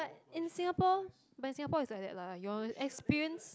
but in Singapore but in Singapore is like that lah your experience